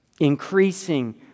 increasing